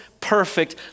perfect